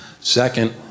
Second